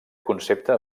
concepte